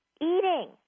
Eating